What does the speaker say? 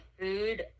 food